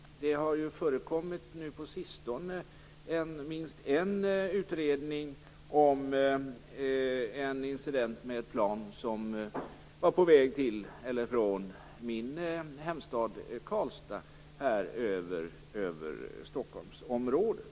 Det har ju på sistone gjorts minst en utredning om en incident med ett flygplan här över Stockholmsområdet som var på väg till eller från min hemstad Karlstad.